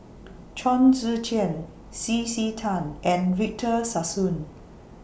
Chong Tze Chien C C Tan and Victor Sassoon